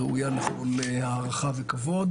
ראויות לכל הערכה וכבוד.